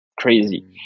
crazy